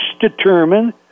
determined